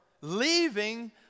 leaving